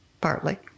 Partly